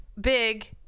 big